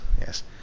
Yes